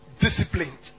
disciplined